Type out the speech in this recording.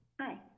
Hi